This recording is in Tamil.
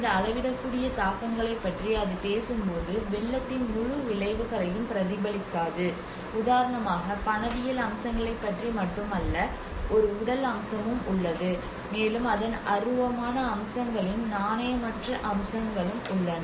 இந்த அளவிடக்கூடிய தாக்கங்களைப் பற்றி அது பேசும்போது வெள்ளத்தின் முழு விளைவுகளையும் பிரதிபலிக்காது உதாரணமாக பணவியல் அம்சங்களைப் பற்றி மட்டுமல்ல ஒரு உடல் அம்சமும் உள்ளது மேலும் அதன் அருவமான அம்சங்களின் நாணயமற்ற அம்சங்களும் உள்ளன